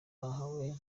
bahawe